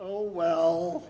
oh well